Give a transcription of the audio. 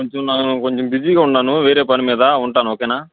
కొంచెం నేను కొంచెం బిజిగా ఉన్నాను వేరే పని మీద ఉంటాను ఓకేనా